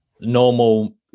normal